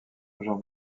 jean